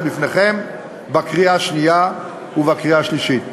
לפניכם בקריאה השנייה ובקריאה השלישית.